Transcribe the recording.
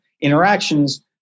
interactions